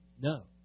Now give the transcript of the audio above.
No